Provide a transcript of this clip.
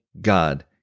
God